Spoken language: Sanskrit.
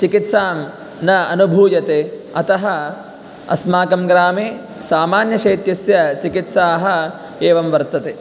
चिकित्सां न अनुभूयते अतः अस्माकं ग्रामे सामान्यशैत्यस्य चिकित्साः एवं वर्तते